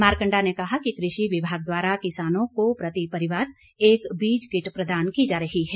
मारकण्डा ने कहा कि कृषि विभाग द्वारा किसानों को प्रति परिवार एक बीज किट प्रदान की जा रही है